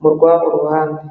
mu rwabo ruhande.